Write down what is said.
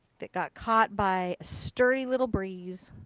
that got caught by a sturdy little breeze.